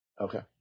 Okay